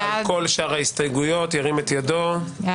מי נגד?